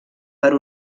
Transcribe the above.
per